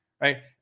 right